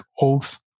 oath